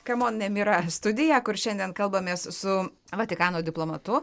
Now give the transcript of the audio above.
kamon nemira studiją kur šiandien kalbamės su vatikano diplomatu